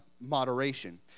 moderation